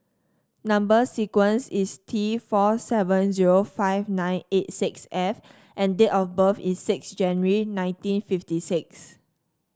number sequence is T four seven zero five nine eight six F and date of birth is six January nineteen fifty six